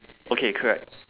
okay correct